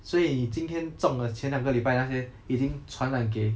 所以今天中的前两个礼拜那些已经传染给